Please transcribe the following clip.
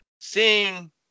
seeing